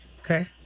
Okay